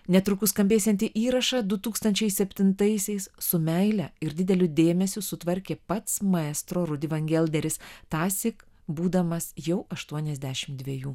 netrukus skambėsiantį įrašą du tūkstančiai septintaisiais su meile ir dideliu dėmesiu sutvarkė pats maestro rudi vangelderis tąsyk būdamas jau aštuoniasdešimt dvejų